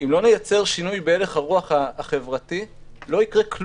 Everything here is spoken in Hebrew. אם לא נייצר שינוי בהלך הרוח החברתי שום דבר לא יקרה.